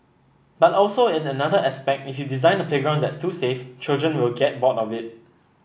but also in another aspect if you design a playground that's too safe children will get bored of it